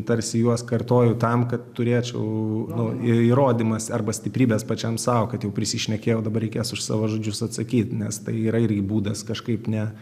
tarsi juos kartoju tam kad turėčiau įrodymas arba stiprybės pačiam sau kad jau prisišnekėjo dabar reikės už savo žodžius atsakyt nes tai yra irgi būdas kažkaip ne